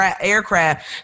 aircraft